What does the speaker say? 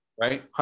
Right